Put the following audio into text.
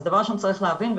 דבר ראשון צריך להבין,